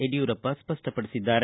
ಯಡಿಯೂರಪ್ಪ ಸ್ಪಷ್ಟಪಡಿಸಿದ್ದಾರೆ